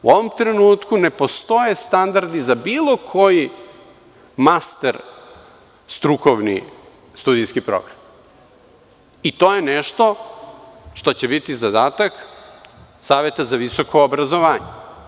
U ovom trenutku ne postoje standardi za bilo koji master strukovni studijski program i to je nešto što će biti zadatak Saveta za visoko obrazovanje.